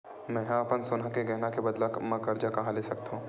मेंहा अपन सोनहा के गहना के बदला मा कर्जा कहाँ ले सकथव?